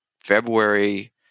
February